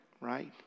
right